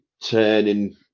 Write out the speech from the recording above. turning